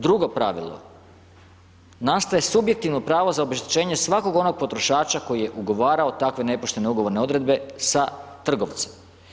Drugo pravilo, nastaje subjektivno pravo za obeštećenje svakog onog potrošača koji je ugovarao takve nepoštene ugovorne odredbe sa trgovcem.